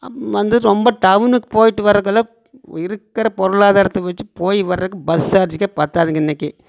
வந்து ரொம்ப டவுனுக்கு போய்ட்டு வரதுக்கெல்லாம் இருக்கிற பொருளாதாரத்தை வச்சு போய் வரதுக்கு பஸ் சார்ஜுகே பற்றாதுங்க இன்றைக்கி